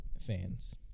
fans